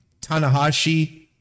Tanahashi